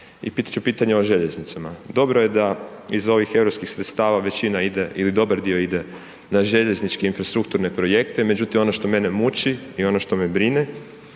i pitat ću pitanje o željeznicama. Dobro je da iz ovih europskih sredstava većina ide ili dobar dio ide na željezničke infrastrukturne projekte, međutim ono što mene muči i ono što me brine